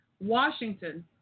Washington